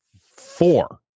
four